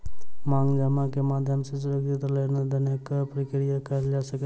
मांग जमा के माध्यम सॅ सुरक्षित लेन देनक प्रक्रिया कयल जा सकै छै